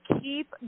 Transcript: keep